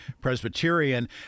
Presbyterian